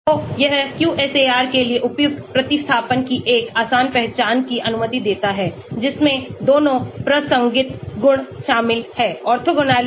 तो यह QSAR के लिए उपयुक्त प्रतिस्थापन की एक आसान पहचान की अनुमति देता है जिसमें दोनों प्रासंगिक गुण शामिल हैं